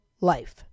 life